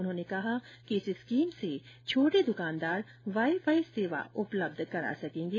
उन्होंने कहा कि इस स्कीम से छोटे द्वकानदार वाई फाई सेवा उपलब्ध करा सकेंगे